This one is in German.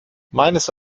meines